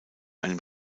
einem